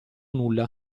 nulla